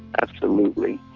absolutely.